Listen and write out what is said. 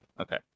Okay